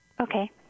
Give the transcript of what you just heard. Okay